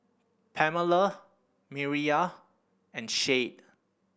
Pamela Mireya and Shade